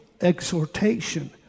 exhortation